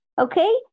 Okay